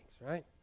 right